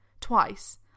twice